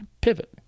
pivot